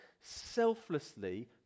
selflessly